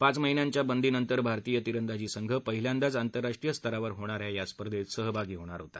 पाच महिन्याच्या बंदीनंतर भारतीय तिरंदाजी संघ पहिल्यांदाच आतस्राष्ट्रीय स्तरावर होणाऱ्या या स्पर्धेत सहभागी होणार होता